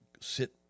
sit